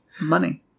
money